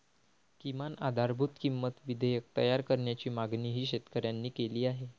किमान आधारभूत किंमत विधेयक तयार करण्याची मागणीही शेतकऱ्यांनी केली आहे